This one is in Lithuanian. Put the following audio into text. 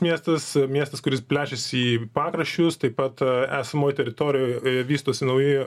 miestas miestas kuris plečiasi į pakraščius taip pat esamoj teritorijoj i vystosi nauji